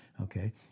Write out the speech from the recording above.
okay